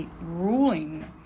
ruling